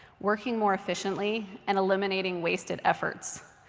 working more efficiently, and eliminating wasted efforts.